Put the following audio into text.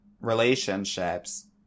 relationships